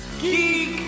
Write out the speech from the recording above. Geek